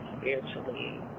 spiritually